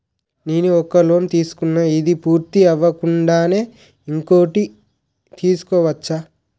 నేను ఒక లోన్ తీసుకున్న, ఇది పూర్తి అవ్వకుండానే ఇంకోటి తీసుకోవచ్చా?